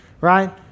right